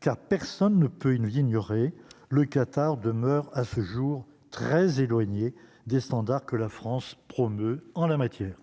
car personne ne peut il nous ignorer le Qatar demeure à ce jour très éloigné des standards que la France promeut en la matière,